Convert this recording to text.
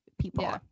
people